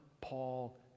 Paul